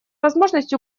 возможность